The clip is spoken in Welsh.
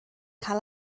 cael